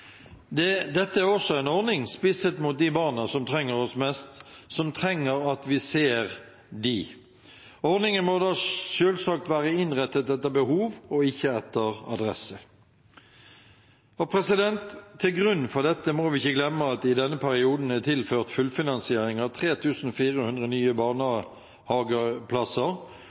lavinntektsfamilier. Dette er også en ordning spisset mot de barna som trenger oss mest, som trenger at vi ser dem. Ordningen må da selvsagt være innrettet etter behov og ikke etter adresse. Til grunn for dette må vi ikke glemme at det i denne perioden er tilført fullfinansiering av 3 400 nye barnehageplasser,